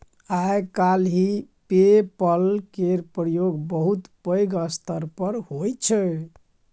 आइ काल्हि PayPal केर प्रयोग बहुत पैघ स्तर पर होइ छै